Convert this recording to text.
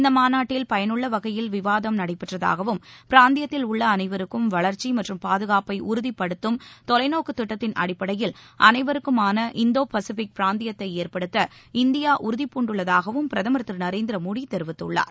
இந்த மாநாட்டில் பயனுள்ள வகையில் விவாதம் நடைபெற்றதாகவும் பிராந்தியத்தில் உள்ள அனைவருக்கும் வளர்ச்சி மற்றும் பாதுகாப்பை உறுதிப்படுத்தும் தொலைநோக்கு திட்டத்தின் அடிப்படையில் அனைவருக்குமான இந்தோ பசிபிக் பிராந்தியத்தை ஏற்படுத்த இந்தியா உறுதிபூண்டுள்ளதாகவும் பிரதமர் திரு நரேந்திர மோடி தெரிவித்துள்ளார்